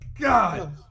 God